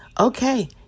Okay